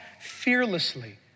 fearlessly